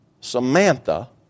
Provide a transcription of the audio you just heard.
Samantha